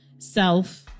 Self